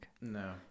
No